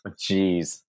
Jeez